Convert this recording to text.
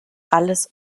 alles